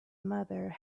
mother